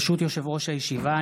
ברשות יושב-ראש הישיבה,